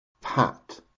pat